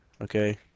Okay